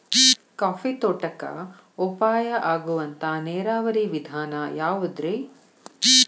Coffee ತೋಟಕ್ಕ ಉಪಾಯ ಆಗುವಂತ ನೇರಾವರಿ ವಿಧಾನ ಯಾವುದ್ರೇ?